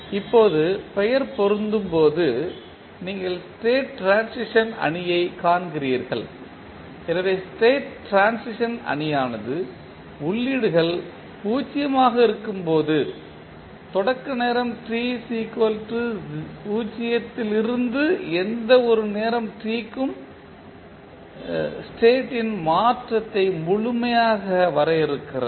இப்போது பெயர் பொருந்தும்போது நீங்கள் ஸ்டேட் ட்ரான்சிஷன் அணியை காண்கிறீர்கள் எனவே ஸ்டேட் ட்ரான்சிஷன் அணியானது உள்ளீடுகள் பூஜ்ஜியமாக இருக்கும்போது தொடக்க நேரம் t 0 வில் இருந்து எந்த ஒரு நேரம் t க்கும் ஸ்டேட்யின் மாற்றத்தை முழுமையாக வரையறுக்கிறது